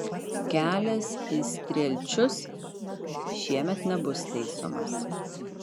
kelias į strielčius šiemet nebus taisomas